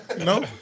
No